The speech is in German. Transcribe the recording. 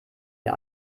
mir